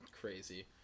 crazy